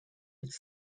its